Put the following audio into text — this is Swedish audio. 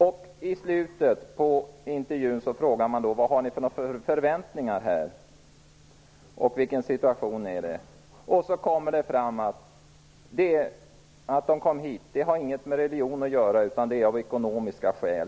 I slutet av intervjun frågade vi vilka förväntningar de hade. Då kom det fram att det inte hade något med religionen att göra att de kom hit, utan att det var av ekonomiska skäl.